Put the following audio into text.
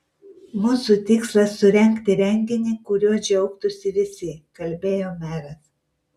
mūsų tikslas surengti renginį kuriuo džiaugtųsi visi kalbėjo meras